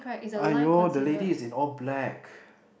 !aiyo! the lady is in all black